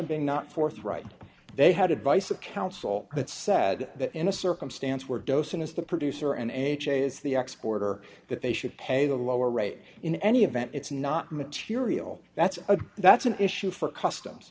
of being not forthright they had advice of counsel but said that in a circumstance where dosen is the producer and ha is the export or that they should pay the lower rate in any event it's not material that's a that's an issue for customs